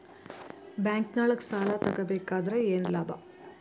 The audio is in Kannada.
ಬ್ಯಾಂಕ್ನೊಳಗ್ ಸಾಲ ತಗೊಬೇಕಾದ್ರೆ ಏನ್ ಲಾಭ?